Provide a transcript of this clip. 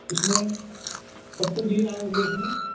उसमें पप्पू जी आए हुए थे